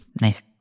Nice